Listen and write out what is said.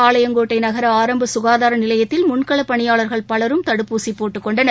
பாளையங்கோட்டைநகர ஆரம்பசுகாதாரநிலையத்தில் முன்களபனியாளர்கள் பலரும் தடுப்பூசிபோட்டுக்கொண்டனர்